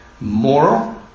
moral